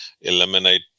eliminate